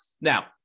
Now